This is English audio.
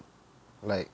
like